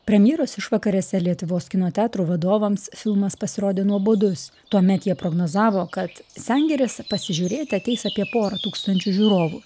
premjeros išvakarėse lietuvos kino teatrų vadovams filmas pasirodė nuobodus tuomet jie prognozavo kad sengirės pasižiūrėti ateis apie porą tūkstančių žiūrovų